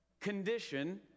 condition